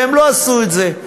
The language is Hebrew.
והם לא עשו את זה.